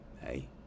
Hey